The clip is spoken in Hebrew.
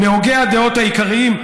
מהוגי הדעות העיקריים,